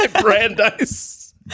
Brandeis